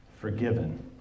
forgiven